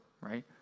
right